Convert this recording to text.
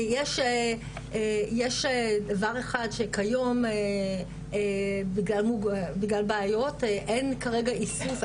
יש דבר אחד שכיום בגלל בעיות אין כרגע איסוף,